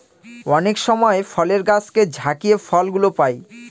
অনেক সময় ফলের গাছকে ঝাকিয়ে ফল গুলো পাই